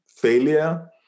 failure